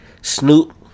Snoop